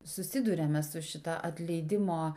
susiduriame su šita atleidimo